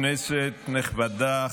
כנסת נכבדה,